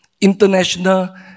international